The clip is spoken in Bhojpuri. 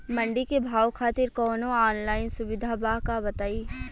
मंडी के भाव खातिर कवनो ऑनलाइन सुविधा बा का बताई?